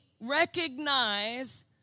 recognize